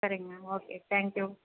சரிங்க ma'am okay thank you